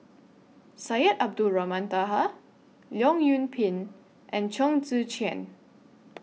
Syed Abdulrahman Taha Leong Yoon Pin and Chong Tze Chien